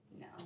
No